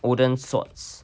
wooden swords